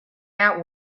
out